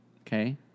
Okay